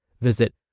Visit